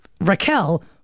Raquel